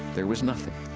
there was nothing.